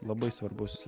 labai svarbus